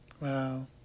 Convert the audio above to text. Wow